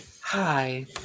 Hi